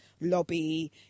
lobby